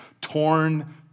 torn